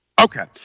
Okay